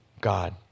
God